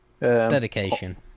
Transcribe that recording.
Dedication